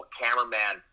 cameraman